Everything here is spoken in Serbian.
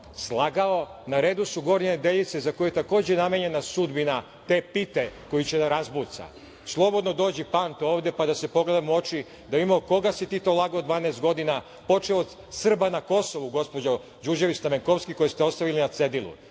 slagao. Na redu su Gornje Nedeljice, za koje je takođe namenjena sudbina te pite koju će da razbuca. Slobodno dođi, Panto, ovde, pa da se pogledamo u oči, da vidimo koga si ti to lagao 12 godina, počev od Srba na Kosovu, gospođo Đurđević Stamenkovski, koje ste ostavili na cedilu. Ja